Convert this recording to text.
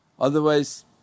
otherwise